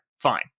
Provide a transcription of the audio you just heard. Fine